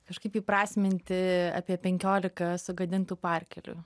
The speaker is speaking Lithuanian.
kažkaip įprasminti apie penkiolika sugadintų parkelių